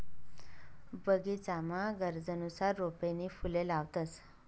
बगीचामा गरजनुसार रोपे नी फुले लावतंस